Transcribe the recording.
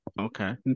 okay